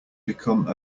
become